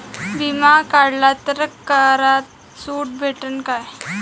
बिमा काढला तर करात सूट भेटन काय?